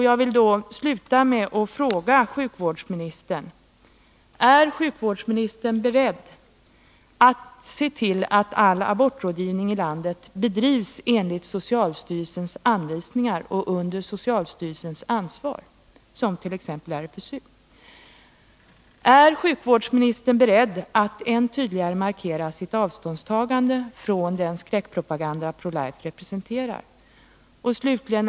Jag vill sluta med att fråga sjukvårdsministern: Är sjukvårdsministern beredd att se till att all abortrådgivning i landet bedrivs enligt socialstyrelsens anvisningar och under socialstyrelsens ansvar, som t.ex. RFSU? Är sjukvårdsministern beredd att än tydligare markera sitt avståndstagande från den skräckpropaganda Pro Life representerar?